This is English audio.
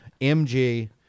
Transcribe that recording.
mg